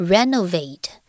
Renovate